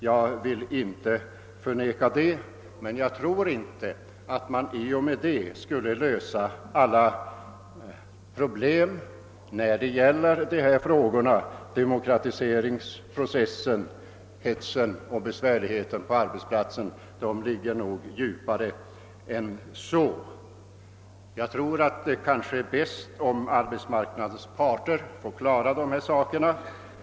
Jag vill inte förneka detta, men jag tror inte att man i och med det skulle klara av alla problem i fråga om demokratiseringsprocessen eller hetsen och besvärligheten på arbetsplatsen. De ligger nog djupare än så. Det är nog bäst om arbetsmarknadens parter får sköta dessa frågor.